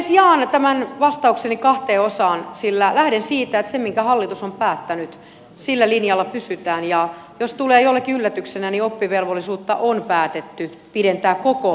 jaan tämän vastaukseni kahteen osaan sillä lähden siitä että sen minkä hallitus on päättänyt sillä linjalla pysytään ja jos tulee jollekin yllätyksenä niin oppivelvollisuutta on päätetty pidentää koko ikäluokkaan